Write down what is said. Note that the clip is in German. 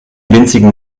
winzigen